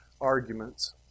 arguments